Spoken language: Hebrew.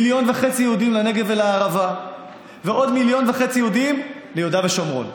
1.5 מיליון יהודים לנגב ולערבה ועוד 1.5 מיליון יהודים ליהודה ושומרון.